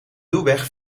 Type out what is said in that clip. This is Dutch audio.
ruwweg